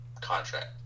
contract